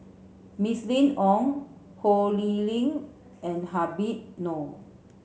Mylene Ong Ho Lee Ling and Habib Noh